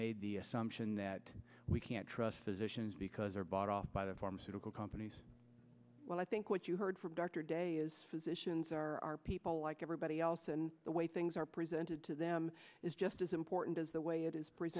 made the assumption that we can't trust physicians because they are bought off by the pharmaceutical companies well i think what you heard from dr day is physicians are people like everybody else and the way things are presented to them is just as important as the way it is pre